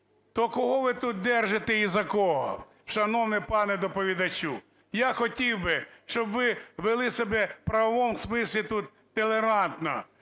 То кого ви тут держите і за кого? Шановний пане доповідачу, я хотів би, щоб ви вели себе у правовому смислі тут толерантно,